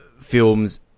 films